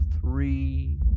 three